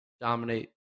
dominate